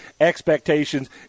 expectations